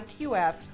IQF